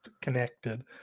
connected